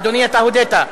אדוני, אתה הודית.